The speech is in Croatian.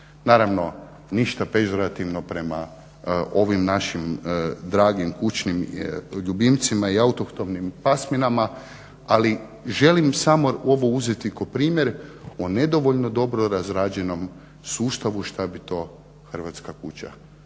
naravno ništa … prema ovim našim dragim kućnim ljubimcima i autohtonim pasminama ali želim samo ovo uzeti kao primjer o nedovoljno dobro razrađenom sustavu šta bi to hrvatska kuća